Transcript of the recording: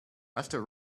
after